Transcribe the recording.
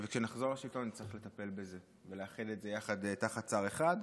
וכשנחזור לשלטון נצטרך לטפל בזה ולאחד את זה יחד תחת שר אחד.